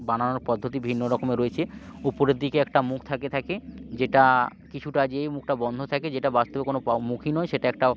বানানোর পদ্ধতি ভিন্ন রকমের রয়েছে উপরের দিকে একটা মুখ থাকে থাকে যেটা কিছুটা যেয়ে মুখটা বন্ধ থাকে যেটা বাস্তবে কোনো পা মুখই নয় সেটা একটা